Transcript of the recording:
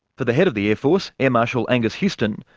for the head of the air force, air marshal angus houston,